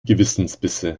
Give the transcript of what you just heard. gewissensbisse